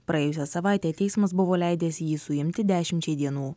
praėjusią savaitę teismas buvo leidęs jį suimti dešimčiai dienų